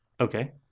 Okay